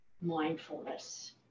mindfulness